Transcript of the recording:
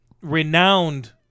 renowned